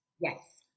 Yes